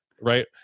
right